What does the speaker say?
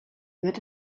wird